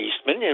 Eastman